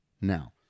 now